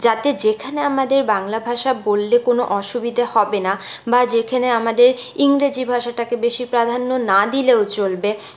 যাতে যেখানে আমাদের বাংলা ভাষা বললে কোনো অসুবিধে হবে না বা যেখানে আমাদের ইংরেজি ভাষাটাকে বেশি প্রাধান্য না দিলেও চলবে